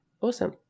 Awesome